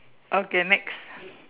okay next